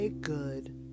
good